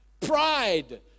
Pride